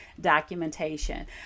documentation